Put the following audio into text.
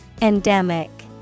endemic